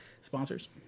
Sponsors